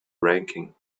ranking